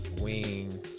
Wing